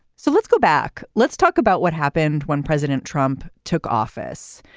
so let's go back. let's talk about what happened when president trump took office.